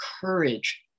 courage